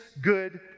good